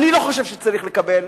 אני לא חושב שצריך לקבל